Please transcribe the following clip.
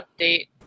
update